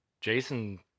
Jason